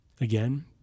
again